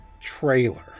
trailer